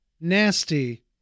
nasty